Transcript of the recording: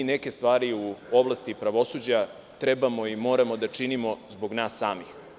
Neke stvari u oblasti pravosuđa trebamo i moramo da činimo zbog nas samih.